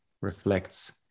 reflects